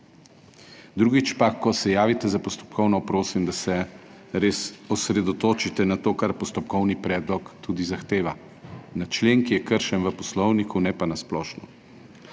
Drugič pa, ko se javite za postopkovno, prosim, da se res osredotočite na to, kar postopkovni predlog tudi zahteva - na člen, ki je kršen, v Poslovniku, ne pa na splošno.